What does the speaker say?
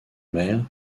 mer